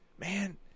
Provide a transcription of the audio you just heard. man